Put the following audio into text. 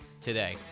today